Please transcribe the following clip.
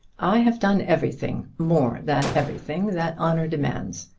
i have done everything more than everything that honour demands.